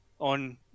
on